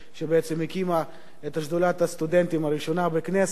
שבעצם הקימה את שדולת הסטודנטים הראשונה בכנסת.